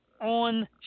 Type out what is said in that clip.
on